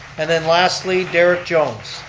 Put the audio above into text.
and then lastly, derek jones.